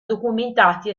documentati